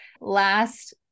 Last